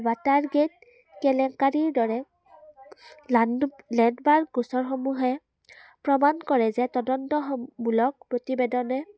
water gate কেলেংকাৰীৰ দৰে land landmark গোচৰসমূহে প্ৰমাণ কৰে যে তদণ্ডস মূলক প্ৰতিবেদনে